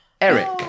Eric